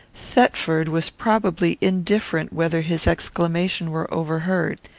thetford was probably indifferent whether his exclamation were overheard.